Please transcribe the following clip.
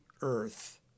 earth